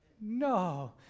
no